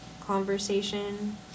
conversation